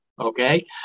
okay